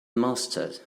mustard